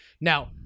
Now